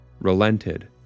relented